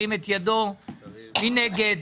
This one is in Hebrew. מי נגד?